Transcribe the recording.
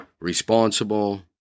responsible